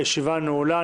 הישיבה נעולה.